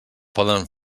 poden